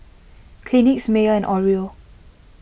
Kleenex Mayer and Oreo